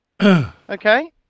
Okay